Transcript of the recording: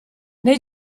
nei